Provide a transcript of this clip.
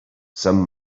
some